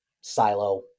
Silo